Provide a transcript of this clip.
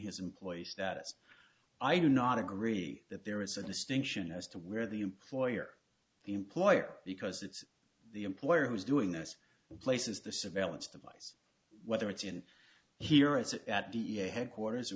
his employees that i do not agree that there is a distinction as to where the employer the employer because it's the employer who's doing this place is the surveillance device whether it's in here it's at da headquarters